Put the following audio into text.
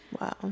wow